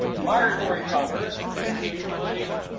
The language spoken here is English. migratory cover is usually